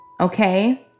Okay